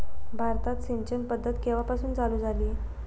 भारतात सिंचन पद्धत केवापासून चालू झाली?